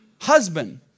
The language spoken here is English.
husband